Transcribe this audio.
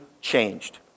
changed